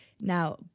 Now